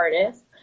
artists